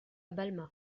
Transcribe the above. balma